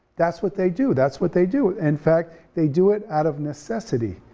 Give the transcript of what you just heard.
that's what they do, that's what they do. in fact, they do it out of necessity,